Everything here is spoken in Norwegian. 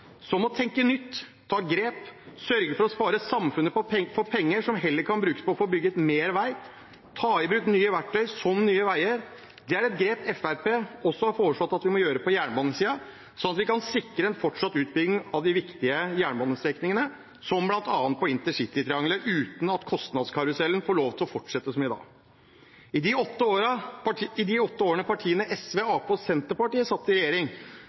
å tenke nytt, ta grep og sørge for å spare samfunnet for penger som heller kan brukes på å bygge ut flere veier, ta i bruk nye verktøy, som Nye Veier. Det er et grep Fremskrittspartiet har foreslått man kan gjøre på jernbanesiden også, slik at vi kan sikre fortsatt utbygging av de viktige jernbanestrekningene, som bl.a. intercitytriangelet, uten at kostnadskarusellen får lov til å fortsette som i dag. I de åtte årene partiene SV, Arbeiderpartiet og Senterpartiet satt i regjering,